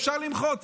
אפשר למחות,